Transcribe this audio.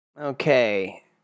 Okay